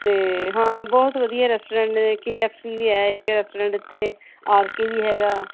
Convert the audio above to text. ਅਤੇ ਹਾਂ ਬਹੁਤ ਵਧੀਆ ਰੈਸਟੋਰੈਂਟ ਨੇ ਕੇ ਐੱਫ ਸੀ ਵੀ ਹੈ ਇੱਕ ਰੈਸਟੋਰੈਂਟ ਇੱਥੇ ਆਰ ਕੇ ਵੀ ਹੈਗਾ